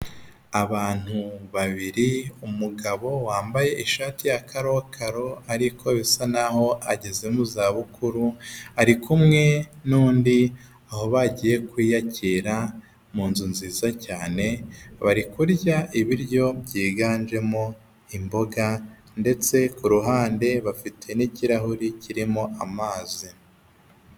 Abantu babiri umugabo wambaye ishati ya karokaro ariko bisa naho ageze mu zabukuru ari kumwe n'undi aho bagiye kwiyakira mu nzu nziza cyane bari kurya ibiryo byiganjemo imboga ndetse ku ruhande bafite n'ikirahuri kirimo amazi.